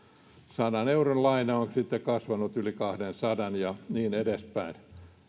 sadan euron laina on sitten kasvanut yli kahteensataan euroon ja niin edespäin